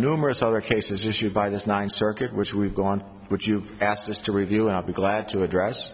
numerous other cases issued by this ninth circuit which we've gone which you've asked us to review out be glad to address